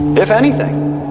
if anything.